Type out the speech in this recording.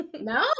No